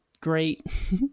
great